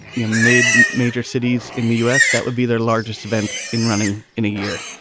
you made major cities in the u s. that would be their largest event in running in a year.